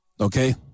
Okay